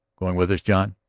going with us, john?